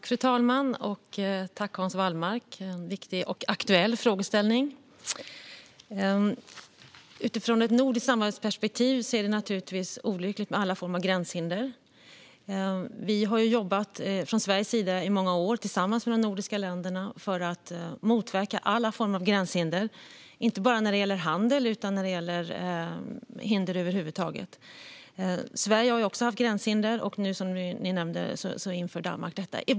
Fru talman! Jag tackar Hans Wallmark för en viktig och aktuell frågeställning. Utifrån ett nordiskt samarbetsperspektiv är det naturligtvis olyckligt med alla former av gränshinder. Vi har från Sveriges sida tillsammans med de nordiska länderna jobbat för att motverka alla former av gränshinder, inte bara när det gäller handel utan när det gäller hinder över huvud taget. Sverige har också haft gränshinder, och som nämndes inför Danmark nu gränshinder.